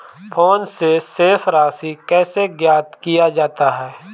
Phone से शेष राशि कैसे ज्ञात किया जाता है?